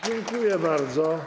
Dziękuję bardzo.